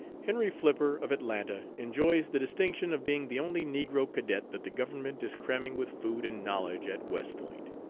henry flipper, of atlanta, enjoys the distinction of being the only negro cadet that the government is cramming with food and knowledge at west point.